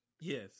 Yes